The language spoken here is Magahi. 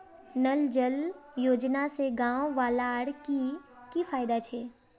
नल जल योजना से गाँव वालार की की फायदा छे?